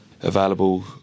available